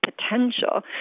potential